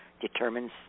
determines